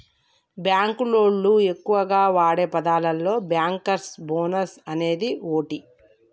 బాంకులోళ్లు ఎక్కువగా వాడే పదాలలో బ్యాంకర్స్ బోనస్ అనేది ఓటి